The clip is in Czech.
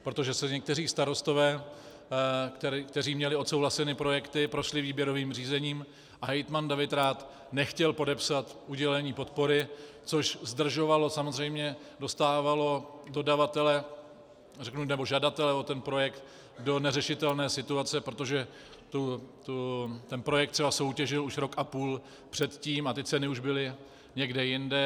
Protože se někteří starostové, kteří měli odsouhlaseny projekty prošly výběrovým řízením, a hejtman David Rath nechtěl podepsat udělení podpory, což zdržovalo, samozřejmě dostávalo dodavatele nebo žadatele o ten projekt do neřešitelné situace, protože ten projekt třeba soutěžil rok a půl předtím a ceny už byly někde jinde.